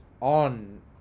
on